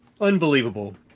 unbelievable